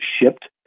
shipped